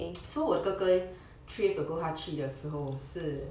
so 我的哥哥 three years ago 他去的时候是